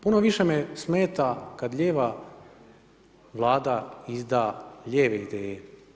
Puno više me smeta kad lijeva Vlada izda lijeve ideje.